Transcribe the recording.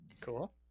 Cool